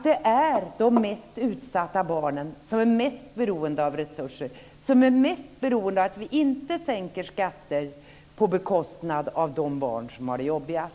Det är de mest utsatta barnen som är mest beroende av resurser. Vi får inte sänka skatten på bekostnad av de barn som har det jobbigast.